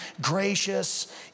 gracious